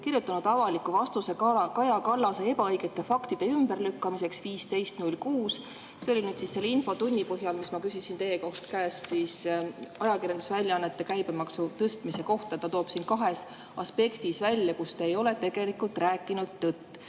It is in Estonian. kirjutanud avaliku vastuse Kaja Kallase ebaõigete faktide ümberlükkamiseks 15.06. See oli selle infotunni põhjal, kui ma küsisin teie käest ajakirjandusväljaannete käibemaksu tõstmise kohta. Ta toob välja kaks aspekti, kus te ei ole tegelikult tõtt